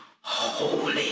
holy